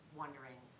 wondering